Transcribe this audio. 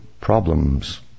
problems